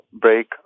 break